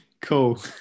Cool